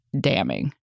damning